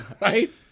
right